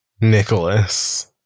Nicholas